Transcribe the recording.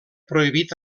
prohibit